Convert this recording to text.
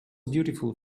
beautiful